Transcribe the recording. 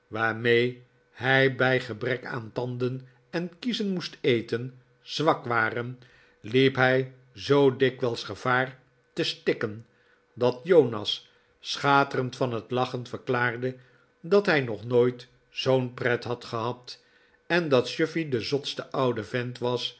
waarmee hij bij gebrek aan tanden en kiezen moest eten zwak waren liep hij zoo dikwijls gevaar te stikken dat jonas schaterend van het lachen verklaarde dat hij nog nooit zoon pret had gehad en dat chuffey de zotste oude vent was